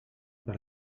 per